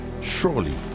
Surely